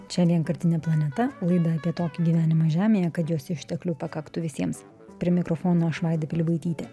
čia vienkartinė planeta laida apie tokį gyvenimą žemėje kad jos išteklių pakaktų visiems prie mikrofono aš vaida pilibaitytė